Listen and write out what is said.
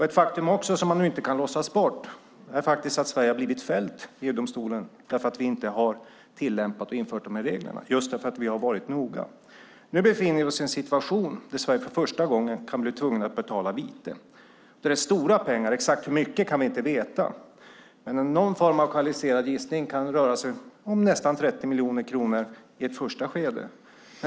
Ett faktum som man inte kan låtsas bort är att Sverige har blivit fällt i EU-domstolen för att vi inte har infört och tillämpat reglerna, just därför att vi har varit noga. Nu befinner vi oss i en situation där Sverige för första gången kan bli tvunget att betala vite. Det är stora pengar; exakt hur mycket kan vi inte veta. Men enligt någon form av kvalificerad gissning kan det röra sig om nästan 30 miljoner kronor i ett första skede.